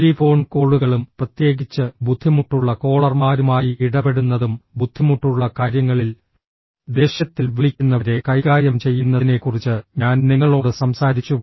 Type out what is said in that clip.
telephone കോളുകളും പ്രത്യേകിച്ച് ബുദ്ധിമുട്ടുള്ള കോളർമാരുമായി ഇടപെടുന്നതും ബുദ്ധിമുട്ടുള്ള കാര്യങ്ങളിൽ ദേഷ്യത്തിൽ വിളിക്കുന്നവരെ കൈകാര്യം ചെയ്യുന്നതിനെക്കുറിച്ച് ഞാൻ നിങ്ങളോട് സംസാരിച്ചു